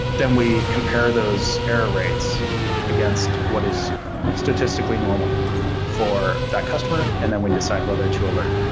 then we compare those error rates against what is statistically normal for that customer and then we decide whether to alert.